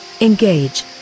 engage